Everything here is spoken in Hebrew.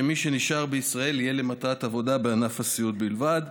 שמי שנשאר בישראל יהיה למטרת עבודה בענף הסיעוד בלבד.